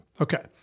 Okay